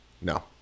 No